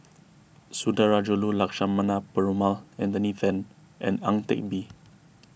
Sundarajulu Lakshmana Perumal Anthony then and Ang Teck Bee